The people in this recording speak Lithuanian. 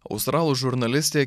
australų žurnalistė